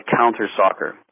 counter-soccer